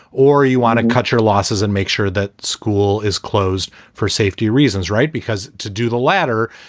or you want to cut your losses and make sure that school is closed for safety reasons. right. because to do the latter,